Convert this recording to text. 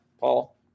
Paul